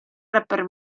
rapper